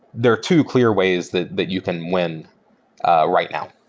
there are two clear ways that that you can win right now.